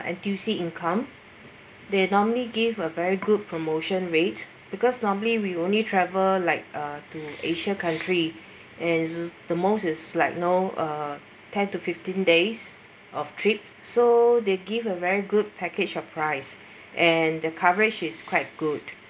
NTUC income they normally give a very good promotion rate because normally we only travel like uh to asia country and the most is like you know uh ten to fifteen days of trip so they give a very good package of price and the coverage is quite good